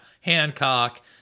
Hancock